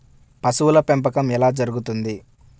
పశువుల పెంపకం ఎలా జరుగుతుంది?